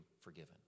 forgiven